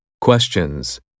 Questions